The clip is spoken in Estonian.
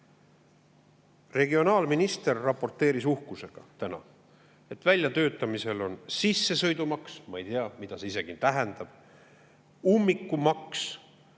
Regionaalminister raporteeris täna uhkusega, et väljatöötamisel on sissesõidumaks – ma ei tea, mida see isegi tähendab – ja ummikumaks.